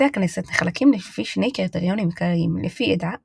בתי הכנסת נחלקים לפי שני קריטריונים עיקריים לפי עדה אשכנזים,